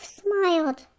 smiled